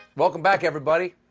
welcome back, everybody.